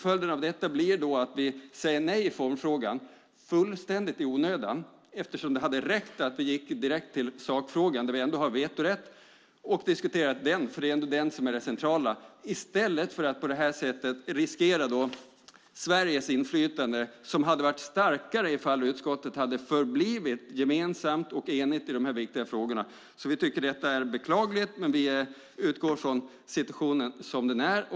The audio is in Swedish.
Följden av detta blir att vi säger nej i formfrågan fullständigt i onödan, eftersom det hade räckt att gå direkt till sakfrågan, där vi ändå har vetorätt, och diskutera den, för det är ändå den som är det centrala, i stället för att på detta sätt riskera Sveriges inflytande, som hade varit starkare ifall utskottet hade förblivit gemensamt och enigt i de här viktiga frågorna. Vi tycker att detta är beklagligt, men utgår från situationen som den är.